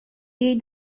jej